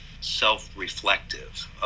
self-reflective